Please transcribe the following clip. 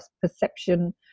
perception